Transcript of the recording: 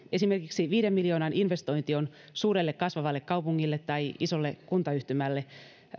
esimerkiksi viiden miljoonan investointi on suurelle kasvavalle kaupungille tai isolle kuntayhtymälle